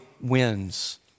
wins